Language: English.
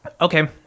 Okay